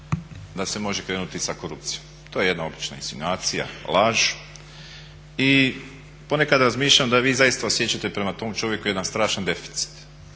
da se može krenuti sa korupcijom. To je jedna obična insinuacija, laž i ponekad razmišljam da vi zaista osjećate prema tom čovjeku jedan strašan deficit